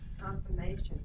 Confirmation